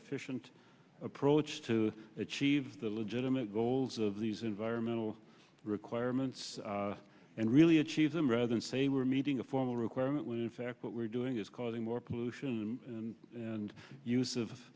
efficient approach to achieve the legitimate goals of these environmental requirements and really achieve them rather than say we're meeting a formal requirement in fact what we're doing is causing more pollution and and use of